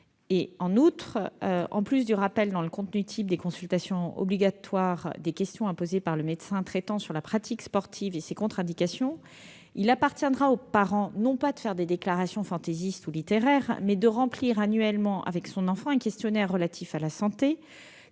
nous intégrerons dans le contenu type des consultations obligatoires la liste des questions à poser par le médecin traitant sur la pratique sportive et ses contre-indications. Enfin, il appartiendra aux parents, non pas de faire des déclarations fantaisistes ou littéraires, mais de remplir annuellement avec leur enfant un questionnaire relatif à la santé